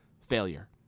failure